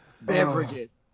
beverages